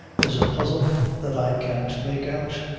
is a puzzle that i can't make out.